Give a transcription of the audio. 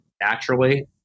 naturally